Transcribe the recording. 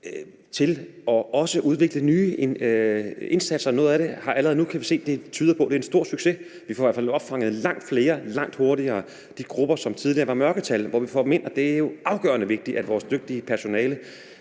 det kan vi se, at det allerede nu tyder på, det er en stor succes. Vi får i hvert fald opfanget langt flere langt hurtigere fra de grupper, som tidligere var mørketal, og vi får dem ind. Og det er jo afgørende vigtigt, at vores dygtige personale